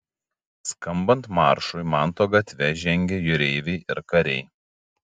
skambant maršui manto gatve žengė jūreiviai ir kariai